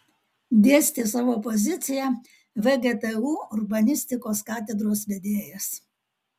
dėstė savo poziciją vgtu urbanistikos katedros vedėjas